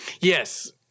Yes